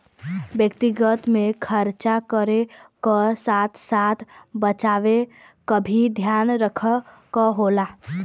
व्यक्तिगत में खरचा करे क साथ साथ बचावे क भी ध्यान रखे क होला